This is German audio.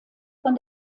von